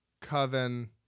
Coven